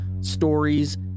stories